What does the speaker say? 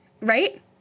right